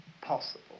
possible